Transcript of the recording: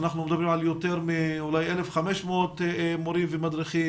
אנחנו מדברים על אולי יותר מ-1,500 מורים ומדריכים,